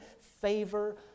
favor